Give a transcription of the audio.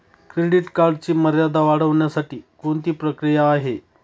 Credit कार्डची मर्यादा वाढवण्यासाठी कोणती प्रक्रिया आहे?